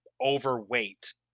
overweight